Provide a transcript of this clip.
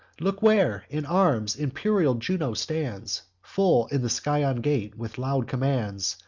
look where, in arms, imperial juno stands full in the scaean gate, with loud commands,